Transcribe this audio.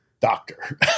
doctor